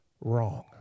wrong